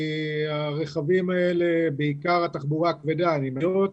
והרכבים האלה, בעיקר התחבורה הכבדה, מוניות,